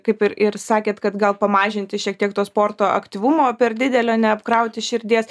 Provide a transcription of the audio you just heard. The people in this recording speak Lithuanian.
kaip ir ir sakėt kad gal pamažinti šiek tiek to sporto aktyvumo per didelio neapkrauti širdies